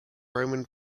roman